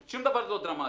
שום דבר לא דרמטי,